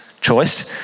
choice